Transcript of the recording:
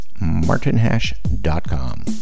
martinhash.com